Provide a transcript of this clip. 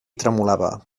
tremolava